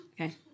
Okay